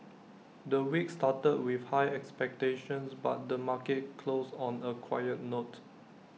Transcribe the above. the week started with high expectations but the market closed on A quiet note